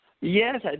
Yes